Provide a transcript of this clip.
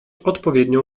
odpowiednią